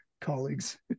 colleagues